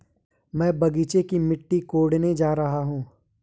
मैं बगीचे की मिट्टी कोडने जा रहा हूं